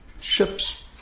ships